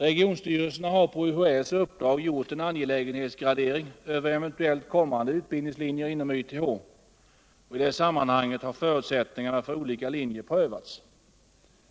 Regionstyrelserna har på UHÄ:s uppdrag gjort en angelägenhetsgradering avseende eventuellt kommande utbildningslinjer inom YTH. I det sammanhanget har förutsättningarna för olika linjer prövats.